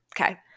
okay